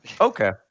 Okay